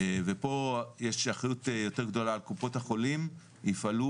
ופה יש אחריות יותר גדולה על קופות החולים יפעלו